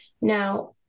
Now